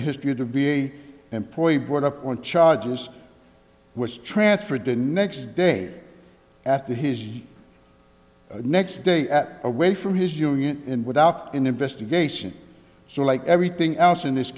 the history of the v a employee brought up on charges which transferred the next day at the his next day at away from his union and without an investigation so like everything else in this